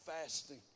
fasting